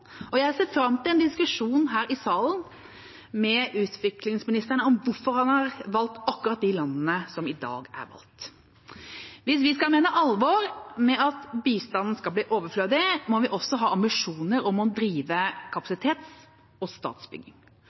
bistand. Jeg ser fram til en diskusjon her i salen med utviklingsministeren om hvorfor han har valgt akkurat de landene som i dag er valgt. Hvis vi skal mene alvor med at bistanden skal bli overflødig, må vi også ha ambisjoner om å drive kapasitets- og statsbygging.